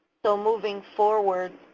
so moving forward,